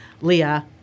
Leah